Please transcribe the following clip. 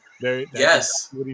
Yes